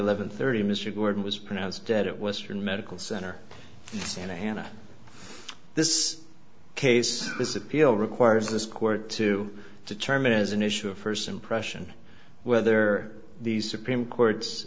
eleven thirty mr gordon was pronounced dead at western medical center santa ana this case this appeal requires this court to determine as an issue of first impression whether the supreme court's